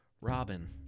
Robin